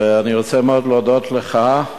אני רוצה מאוד להודות לך.